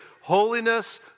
Holiness